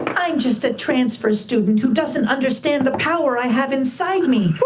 i'm just a transfer student who doesn't understand the power i have inside me,